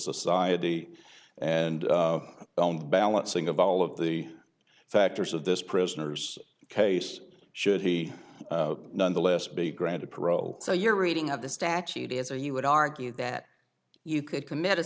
society and own balancing of all of the factors of this prisoner's case should he nonetheless be granted parole so your reading of the statute is or you would argue that you could commit a